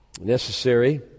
necessary